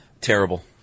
Terrible